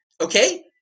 Okay